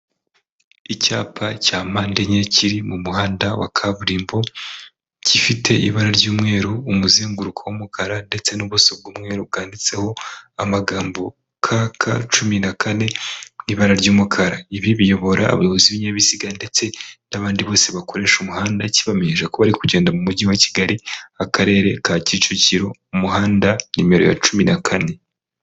Icyapa cya mande enye, kiri mu muhanda wa kaburimbo, gifite ibara ry'umweru umuzenguruko w'umukara, ndetse n'ubuso bw'umweru bwanditseho amagambo ka ka cumi na kane, n'ibara ry'umukara, ibi biyobora abayobozi b'ibinbiziga ndetse n'abandi bose bakoresha umuhanda kibamenyeshaje ko bari kugenda mu mujyi wa Kigali, akarere ka Kicukiro, umuhanda numero ya cumi na kane.